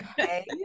okay